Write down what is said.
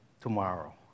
tomorrow